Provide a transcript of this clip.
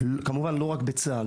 ולא רק בצה"ל,